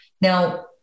Now